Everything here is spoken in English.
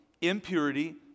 impurity